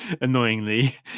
annoyingly